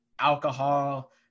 alcohol